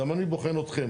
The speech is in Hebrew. גם אני בוחן אתכם.